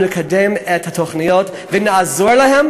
אנחנו נקדם את התוכניות ונעזור להם